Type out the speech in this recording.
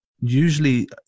usually